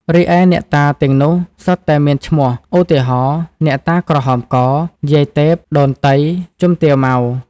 រីឯអ្នកតាទាំងនោះសុទ្ធតែមានឈ្មោះ ឧទាហរណ៍ អ្នកតាក្រហមក យាយទែព ដូនតី ជំទាវ ម៉ៅ។ល។